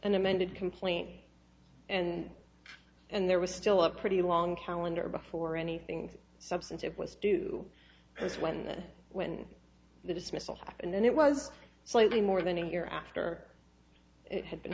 and amended complaint and and there was still a pretty long calendar before anything substantive was due when when the dismissal happened then it was slightly more than a year after it had been